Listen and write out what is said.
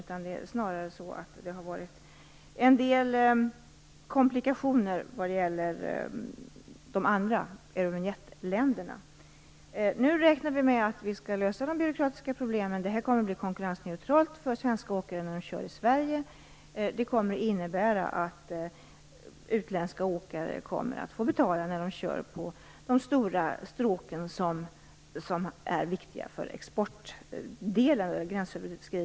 Det har snarare varit en del komplikationer när det gäller de andra eurovinjettländerna. Nu räknar vi med att vi skall lösa de byråkratiska problemen. Det här systemet kommer att bli konkurrensneutralt för svenska åkare när de kör i Sverige. Det kommer att innebära att utländska åkare får betala när de kör på de stora gränsöverskridande stråken, som är viktiga för exporten.